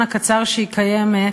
בזמן הקצר שהיא קיימת,